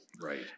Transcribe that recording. right